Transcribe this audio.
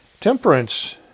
Temperance